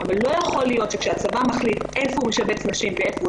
אבל לא יכול להיות שכאשר הצבא מחליט איפה הוא משבץ נשים ואיפה הוא